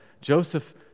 Joseph